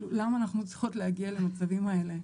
למה אנחנו צריכות להגיע למצבים האלה?